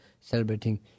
celebrating